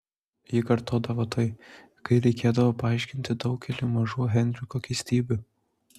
ji kartodavo tai kai reikėdavo paaiškinti daugelį mažų henriko keistybių